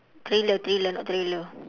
thriller thriller not trailer